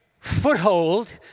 foothold